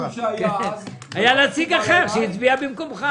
היה נציג אחר שהצביע במקומך.